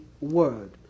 word